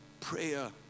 Prayer